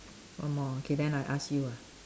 one more okay then I ask you ah